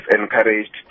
encouraged